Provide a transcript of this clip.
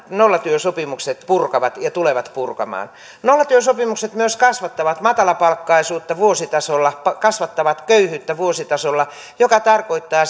nollatyösopimukset purkavat ja tulevat purkamaan nollatyösopimukset myös kasvattavat matalapalkkaisuutta vuositasolla kasvattavat köyhyyttä vuositasolla mikä tarkoittaa